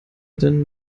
denn